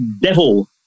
devil